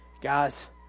Guys